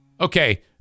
okay